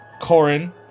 Corin